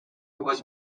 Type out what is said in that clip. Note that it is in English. was